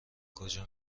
کجا